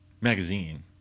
magazine